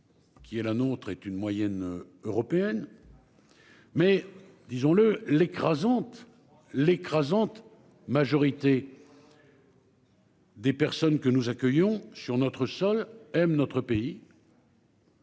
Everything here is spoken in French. Qui est la nôtre est une moyenne européenne. Mais disons-le l'écrasante. L'écrasante majorité.-- Des personnes que nous accueillons sur notre sol M. notre pays.